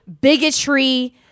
bigotry